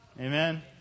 Amen